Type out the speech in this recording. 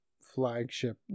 flagship